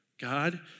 God